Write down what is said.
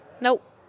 Nope